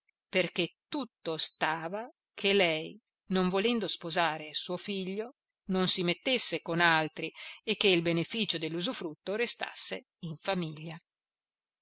perché tutto stava che lei non volendo sposare suo figlio non si mettesse con altri e che il beneficio dell'usufrutto restasse in famiglia